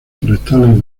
forestales